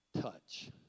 touch